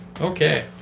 Okay